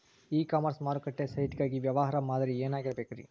E commerce ಮಾರುಕಟ್ಟೆ site ಗಾಗಿ ವ್ಯವಹಾರ ಮಾದರಿ ಏನಾಗಿರಬೇಕ್ರಿ?